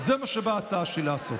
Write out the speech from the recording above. זה מה שבאה ההצעה שלי לעשות.